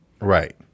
Right